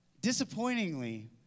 disappointingly